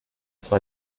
zwei